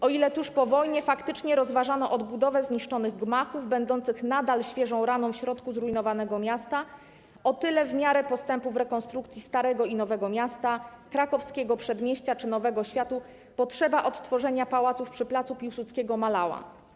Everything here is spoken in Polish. O ile tuż po wojnie faktycznie rozważano odbudowę zniszczonych gmachów, będących nadal świeżą raną w środku zrujnowanego miasta, o tyle w miarę postępu w rekonstrukcji Starego i Nowego Miasta, Krakowskiego Przedmieścia czy Nowego Światu potrzeba odtworzenia pałaców przy pl. Piłsudskiego malała.